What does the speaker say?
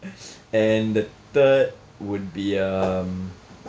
and the third would be um